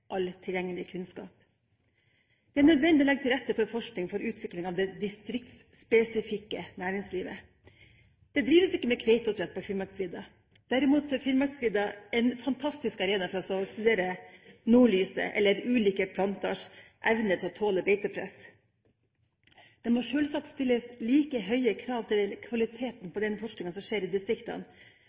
tilgjengelig kunnskap. Det er nødvendig å legge til rette for forskning for utviklingen av det distriktsspesifikke næringslivet. Det drives ikke med kveiteoppdrett på Finnmarksvidda. Derimot er Finnmarksvidda en fantastisk arena for å studere nordlyset eller ulike planters evne til å tåle beitepress. Det må sjølsagt stilles like høye krav til kvaliteten på den forskningen som skjer i distriktene.